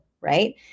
right